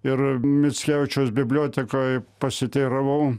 ir mickevičiaus bibliotekoj pasiteiravau